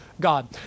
God